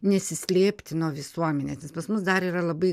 nesislėpti nuo visuomenės nes pas mus dar yra labai